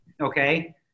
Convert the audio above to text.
okay